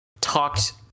talked